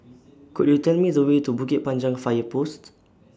Could YOU Tell Me The Way to Bukit Panjang Fire Post